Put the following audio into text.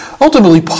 ultimately